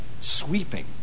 sweeping